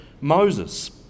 Moses